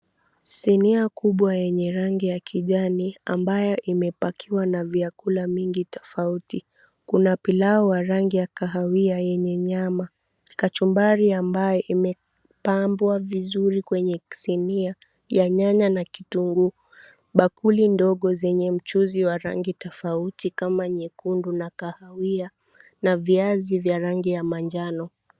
Sinia kubwa yenye rangi ya kijani, ambayo imepakiwa na vyakula mingi tofauti. Kuna pilau wa rangi ya kahawia yenye nyama, kachumbari ambaye imepambwa vizuri kwenye sinia, ya nyanya na kitunguu, bakuli ndogo zenye mchuzi wa rangi tofauti kama nyekundu na kahawia, na viazi vya rangi ya manjano.